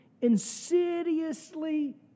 insidiously